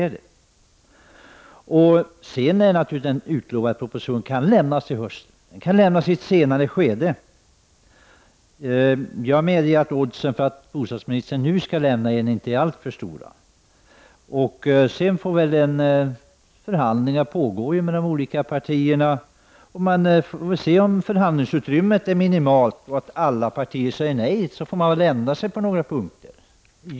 En proposition kan naturligtvis också komma till hösten, men också i ett senare skede. Oddset för att bostadsministern skall lägga fram en proposition till hösten är nog inte så gynnsamt. Förhandlingar pågår mellan de olika partierna. Vi får se vad som sker om förhandlingsutrymmet är minimalt och alla partier säger nej. Då får vi väl ändra oss på några punkter.